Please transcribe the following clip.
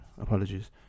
apologies